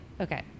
okay